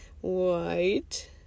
white